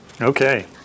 Okay